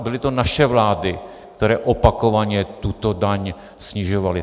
Byly to naše vlády, které opakovaně tuto daň snižovaly.